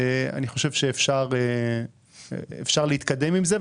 אני חושב שאפשר להתקדם עם זה,